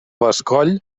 bescoll